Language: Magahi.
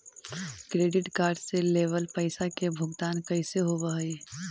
क्रेडिट कार्ड से लेवल पैसा के भुगतान कैसे होव हइ?